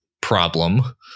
problem